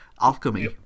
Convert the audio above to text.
Alchemy